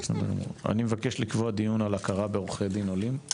אני מבקש לקבוע דיון להכרה בעורכי דין עולים,